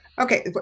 Okay